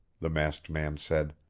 the masked man said.